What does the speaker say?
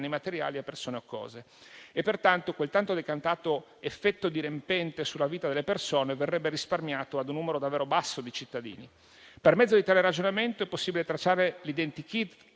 materiali a persone o cose. Pertanto, quel tanto decantato effetto dirompente sulla vita delle persone verrebbe risparmiato a un numero davvero basso di cittadini. Per mezzo di tale ragionamento è possibile tracciare l'identikit